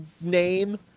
name